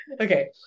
okay